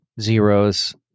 zeros